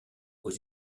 aux